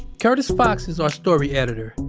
curtis fox is our story editor.